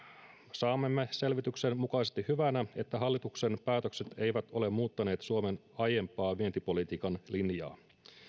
saamamme selvityksen mukaisesti hyvänä että hallituksen päätökset eivät ole muuttaneet suomen aiempaa vientipolitiikan linjaa